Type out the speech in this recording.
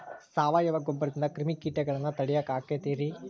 ಸಾವಯವ ಗೊಬ್ಬರದಿಂದ ಕ್ರಿಮಿಕೇಟಗೊಳ್ನ ತಡಿಯಾಕ ಆಕ್ಕೆತಿ ರೇ?